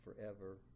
forever